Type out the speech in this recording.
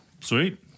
Sweet